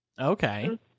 Okay